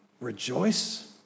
rejoice